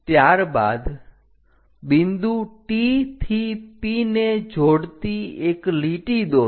ત્યારબાદ બિંદુ T થી P ને જોડતી એક લીટી દોરો